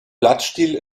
blattstiel